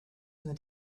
from